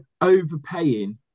overpaying